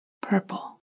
purple